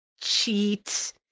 cheat